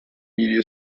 media